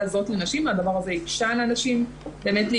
הזאת לנשים הדבר הזה הקשה על הנשים להשתלב.